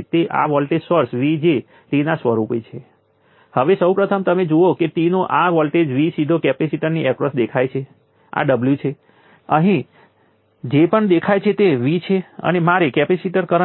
હવે એનર્જી ખૂબ જ સરળ છે તમે કેપેસિટરમાં વોલ્ટેજ જાણો છો તમે કેપેસિટરમાં સંગ્રહિત એનર્જી જાણો છો હા સામાન્ય રીતે કેપેસિટરમાં પાવરની ગણતરી કરવા માટે કદાચ